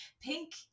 pink